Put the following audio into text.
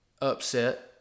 upset